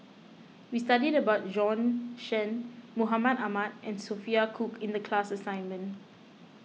we studied about Bjorn Shen Mahmud Ahmad and Sophia Cooke in the class assignment